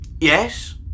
Yes